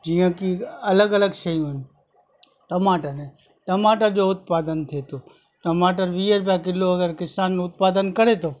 जीअं की अलॻि अलॻि शयूं आहिनि टमाटर टमाटर जो उत्पादन थिए थो टमाटर वीह रुपया किलो अगर किसान उत्पादन करे थो